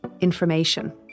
information